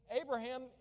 Abraham